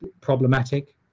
problematic